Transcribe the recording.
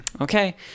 Okay